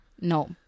No